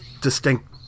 distinct